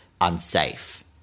unsafe